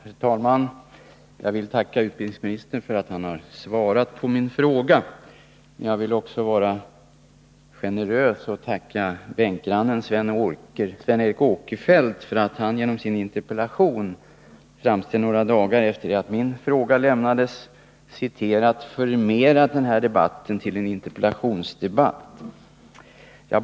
Herr talman! Jag vill tacka utbildningsministern för att han svarat på min fråga, och jag vill också vara generös och tacka min bänkgranne Sven Eric Åkerfeldt för att han genom sin interpellation, framställd några dagar efter det att min fråga lämnades, ”förmerat” den här debatten till en interpellationsdebatt.